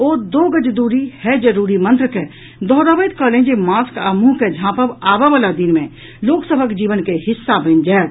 ओ दो गज दूरी है जरूरी मंत्र के दोहरबैत कहलनि जे मास्क आ मुंह के झाँपब आबयवला दिन मे लोक सभक जीवन के हिस्सा बनि जायत